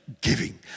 giving